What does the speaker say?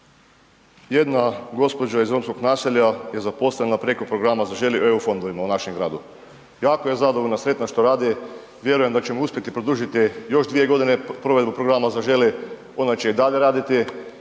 jedna gospođa iz romskog naselja je zaposlena preko programa „Zaželi“ u EU fondovima u našem gradu. Jako je zadovoljna, sretna što radi, vjerujem da ćemo uspjeti produžiti još 2 g. provedbu programa „Zaželi“, ona će i dalje raditi